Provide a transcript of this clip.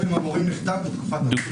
ההסכם עם המורים נחתם בתקופת הבחירות.